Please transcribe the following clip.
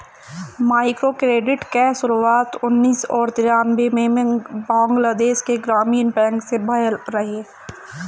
microcredit कअ शुरुआत उन्नीस और तिरानबे में बंगलादेश के ग्रामीण बैंक से भयल रहे